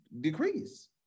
decrease